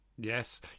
Yes